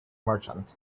merchant